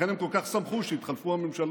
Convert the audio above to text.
לכן הם כל כך שמחו כשהתחלפו הממשלות.